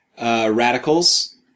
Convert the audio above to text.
radicals